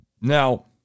Now